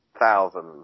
thousands